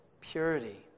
purity